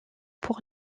pour